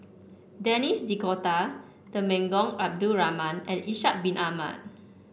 Denis D'Cotta Temenggong Abdul Rahman and Ishak Bin Ahmad